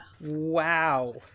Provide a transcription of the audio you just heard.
Wow